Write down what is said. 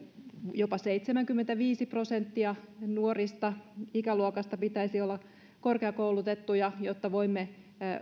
jopa seitsemänkymmentäviisi prosenttia nuorista ikäluokista pitäisi olla korkeakoulutettuja jotta voimme